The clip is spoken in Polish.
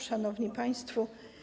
Szanowni Państwo!